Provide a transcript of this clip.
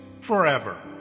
forever